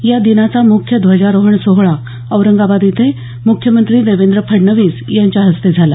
या दिनाचा मुख्य ध्वजारोहण सोहळा औरंगाबाद इथे मुख्यमंत्री देवेंद्र फडणवीस यांच्या हस्ते झाला